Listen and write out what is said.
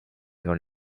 dans